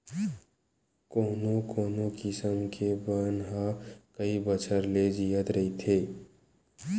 कोनो कोनो किसम के बन ह कइ बछर ले जियत रहिथे